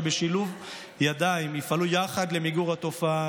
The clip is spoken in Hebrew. שבשילוב ידיים יפעלו יחד למיגור התופעה